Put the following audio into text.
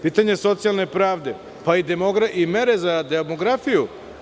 Pitanje socijalne pravde, pa i mere za demografiju.